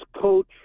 coach